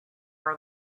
are